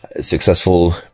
successful